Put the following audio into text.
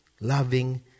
loving